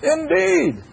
Indeed